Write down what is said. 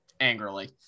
angrily